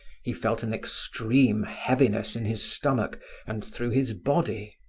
he felt an extreme heaviness in his stomach and through his body.